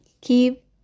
Keep